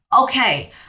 okay